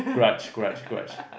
grudge grudge grudge